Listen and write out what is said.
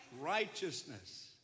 righteousness